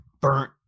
burnt